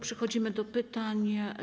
Przechodzimy do pytań.